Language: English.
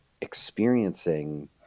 experiencing